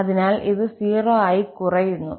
അതിനാൽ ഇത് 0 ആയി കുറയുന്നു